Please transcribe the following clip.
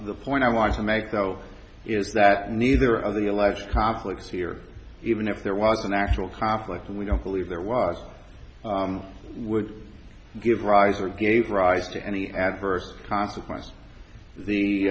the point i want to make though is that neither of the alleged conflicts here even if there was an actual conflict and we don't believe there was would give rise or gave rise to any adverse consequence the